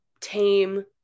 tame